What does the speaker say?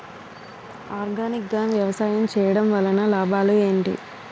Organic గా వ్యవసాయం చేయడం వల్ల లాభాలు ఏంటి?